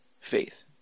Faith